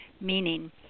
meaning